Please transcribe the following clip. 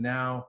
now